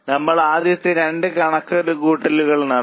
നമ്മൾ ആദ്യത്തെ രണ്ട് കണക്കുകൂട്ടലുകൾ നടത്തി